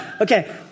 Okay